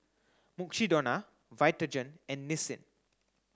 Mukshidonna Vitagen and Nissin